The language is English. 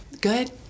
good